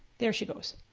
there she goes.